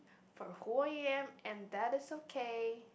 for who I am and that is okay